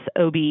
OB